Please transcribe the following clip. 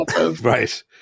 Right